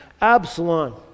Absalom